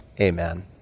Amen